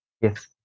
Yes